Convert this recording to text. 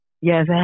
Yes